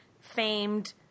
famed